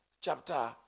chapter